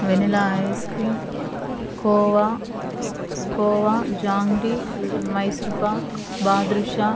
vanilla ice cream khoa khoa jangri Mysore pak badusha